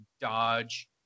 dodge